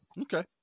Okay